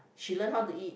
she learn how to eat